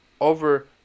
over